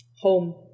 home